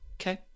Okay